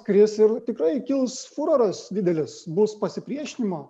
kris ir tikrai kils furoras didelis bus pasipriešinimo